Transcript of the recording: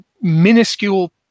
minuscule